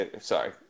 sorry